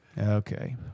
Okay